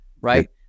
Right